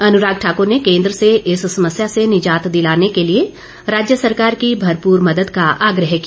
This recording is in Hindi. अनुराग ठाकुर ने केन्द्र से इस समस्या से निजात दिलाने के लिए राज्य सरकार की भरपूर मदद का आग्रह किया